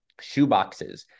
shoeboxes